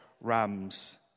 rams